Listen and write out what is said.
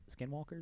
skinwalkers